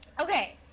Okay